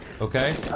okay